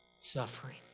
Suffering